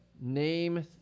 name